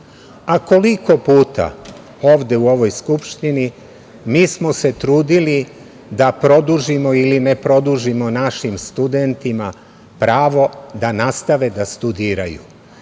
A koliko puta ovde u ovoj Skupštini mi smo se trudili da produžimo ili ne produžimo našim studentima pravo da nastave da studiraju?